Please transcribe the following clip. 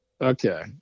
Okay